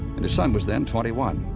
and his son was then twenty one.